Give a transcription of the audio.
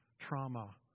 trauma